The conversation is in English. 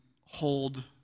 hold